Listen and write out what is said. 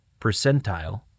percentile